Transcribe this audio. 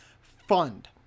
fund